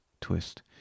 twist